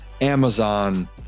Amazon